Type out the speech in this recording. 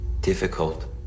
difficult